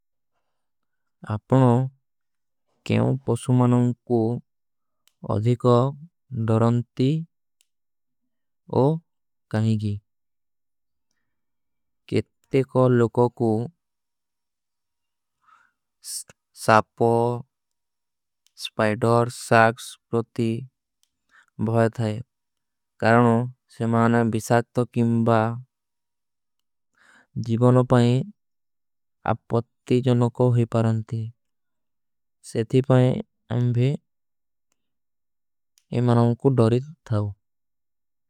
ଆପନୋ କେଵାଂ ପସୁମାନୋଂ କୋ ଅଧିକାଗ ଦରନ୍ତୀ ଔର କାହିଗୀ କିତ୍ତେ। କୋ ଲୋକୋଂ କୋ ସାପୋ ସ୍ପାଇଡର ସାକ୍ସ ପ୍ରତୀ। ବହେ ଥାଈ କାରଣୋଂ ସେ ମାନା ଵିଶାତ୍ଵ କେଂବା ଜୀଵନୋଂ ପାହେ ଆପକତୀ। ଜନୋଂ କୋ ହୀ ପରନ୍ତୀ। ସେତି ପାହେ ଅଂଭେ ଇମାନୋଂ କୋ ଡିତ ଥାଊ।